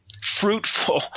fruitful